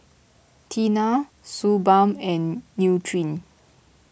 Tena Suu Balm and Nutren